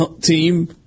team